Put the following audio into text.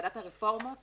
בוועדת הרפורמות